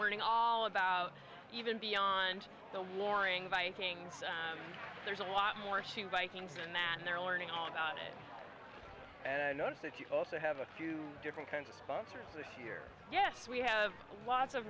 learning all about even beyond the warring vikings there's a lot more she vikings and that they're learning all about and i notice that you also have a few different kinds of sponsors this year yes we have lots of